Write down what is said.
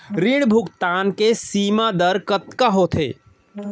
ऋण भुगतान के सीमा दर कतका होथे?